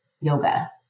yoga